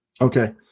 okay